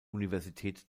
universität